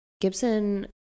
Gibson